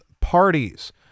parties